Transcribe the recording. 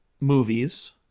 movies